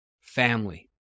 family